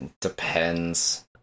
depends